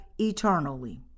eternally